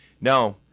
No